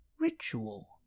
Ritual